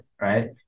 right